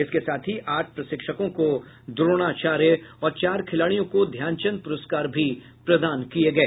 इसके साथ ही आठ प्रशिक्षकों को द्रोणाचार्य और चार खिलाड़ियों को ध्यानचंद पुरस्कार भी प्रदान किये गए